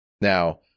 Now